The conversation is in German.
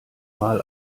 mal